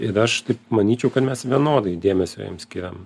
ir aš manyčiau kad mes vienodai dėmesio jiem skiriam